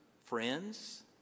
friends